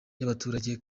y’abaturage